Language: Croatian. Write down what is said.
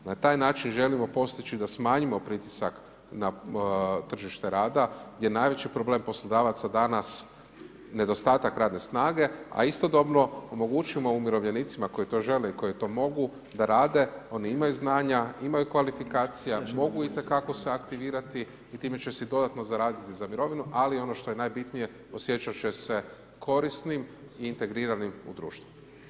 Na taj način želimo postići da smanjimo pritisak na tržište rada gdje je najveći problem poslodavaca danas, nedostatak radne snage a istodobno omogućimo umirovljenicima koji to žele i koji to mogu da rade, oni imaju znanja, imaju kvalifikacija, mogu itekako se aktivirati i time će si dodatno zaraditi za mirovinu, ali ono što je najbitnije osjećati će se korisnim i integriranim u društvu.